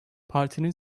partinin